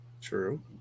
True